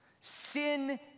Sin